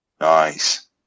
Nice